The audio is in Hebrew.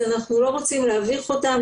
אנחנו לא רוצים להביך אותם,